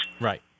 Right